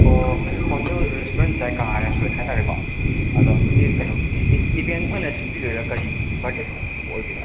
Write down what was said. ꯑꯣ ꯑꯩꯈꯣꯏꯁꯦ hotel restaurant Zaika restaurant ꯍꯥꯏ ꯇꯥꯔꯦꯀꯣ ꯑꯗ ꯑꯩꯈꯣꯏꯒꯤ ꯀꯩꯅꯣꯒꯤ ꯏꯚꯦꯟꯠ ꯑꯣꯏꯅ ꯁꯤꯟꯕꯤꯗꯣꯏꯔꯥ ꯀꯔꯤ ꯕꯥꯔꯗꯦ ꯄꯥꯔꯇꯤꯒꯨꯝꯕ ꯑꯣꯏꯕꯤꯔꯕ꯭ꯔꯥ